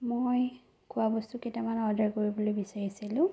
মই খোৱা বস্তু কেইটামান অৰ্ডাৰ কৰিবলৈ বিচাৰিছিলোঁ